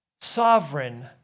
sovereign